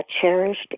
cherished